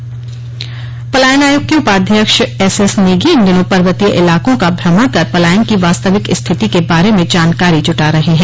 पलायन पलायन आयोग के उपाध्यक्ष एसएस नेगी इन दिनों पर्वतीय इलाकों का भ्रमण कर पलायन की वास्तविक स्थिति के बारे में जानकारी जुटा रहे हैं